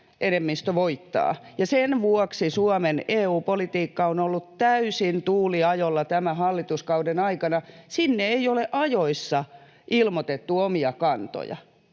enemmistö voittaa. Ja sen vuoksi Suomen EU-politiikka on ollut täysin tuuliajolla tämän hallituskauden aikana. Sinne ei ole ajoissa ilmoitettu omia kantoja,